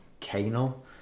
Canal